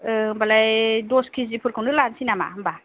होनबालाय दस केजिफोरखौनो लानोसै नामा होमबा